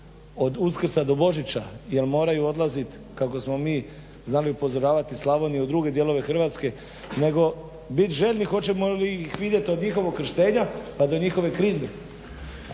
od Uskrsa do Božića jel moraju odlaziti kako smo mi znali upozoravati Slavoniju u druge dijelove Hrvatske nego biti željni hoćemo li ih vidjeti od njihovog krštenja pa do njihove krizme.